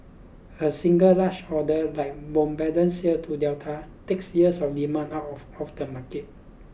a single large order like Bombardier's sale to Delta takes years of demand out of of the market